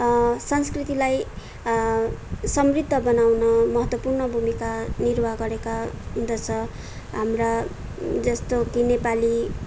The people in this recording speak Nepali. संस्कृतिलाई समृद्ध बनाउन महत्त्वपूर्ण भूमिका निर्वाह गरेका हुँदछ हाम्रा जस्तो कि नेपाली